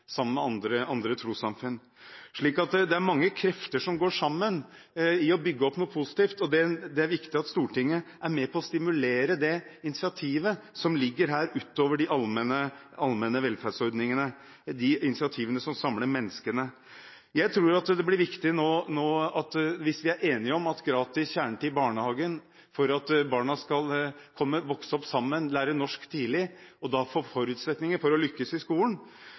sammen med andre trossamfunn. Så det er mange krefter som går sammen om å bygge opp noe positivt, og det er viktig at Stortinget er med på å stimulere det initiativet som ligger her, utover de allmenne velferdsordningene, de initiativene som samler menneskene. Hvis vi er enige om det er bra med gratis kjernetid i barnehagen for at barna skal vokse opp sammen, lære norsk tidlig og dermed få forutsetninger for å lykkes i skolen,